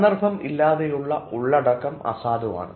സന്ദർഭം ഇല്ലാതെയുള്ള ഉള്ളടക്കം അസാധുവാണ്